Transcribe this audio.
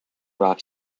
rock